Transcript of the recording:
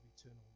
eternal